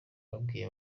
babwiye